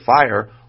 fire